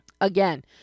Again